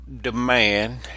demand